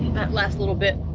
that last little bit.